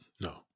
No